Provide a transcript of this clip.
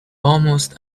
almost